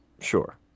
Sure